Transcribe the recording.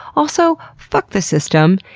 also, fuck the system,